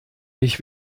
ich